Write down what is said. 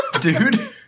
Dude